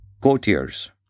courtiers